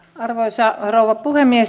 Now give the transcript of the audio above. arvoisa rouva puhemies